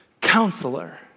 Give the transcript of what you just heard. Counselor